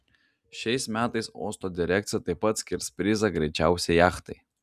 šiais metais uosto direkcija taip pat skirs prizą greičiausiai jachtai